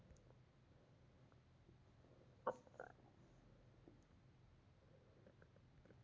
ಮುತ್ತು ಮೇನುಗಾರಿಕೆಯೊಳಗ ಮೇನುಗಾರರು ಮುತ್ತು ಮತ್ತ ಸಿಂಪಿಗಳಿಗಾಗಿ ಮಿನುಗಳನ್ನ ಹಿಡಿತಾರ